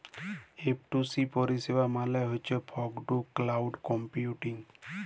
F two C পরিষেবা মালে হছ ফগ টু ক্লাউড কম্পিউটিং